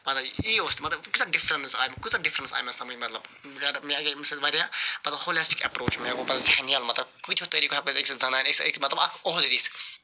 مَطلَب یی اوس تہٕ مَطلَب یہِ کۭژاہ ڈِفرَنٕس آے مےٚ کۭژاہ ڈِفرَنٕس آے مےٚ سمجھ مَطلَب مےٚ گٔے اَمہِ سۭتۍ واریاہ پَتہٕ ہولیسٹِک اٮ۪پروچ مےٚ گوٚو پَتہٕ ذہن یَلہٕ مَطلَب کۭتہو طریٖقو ہٮ۪کو مَطلَب اکھ عۄہدٕ دِتھ